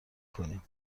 کنیم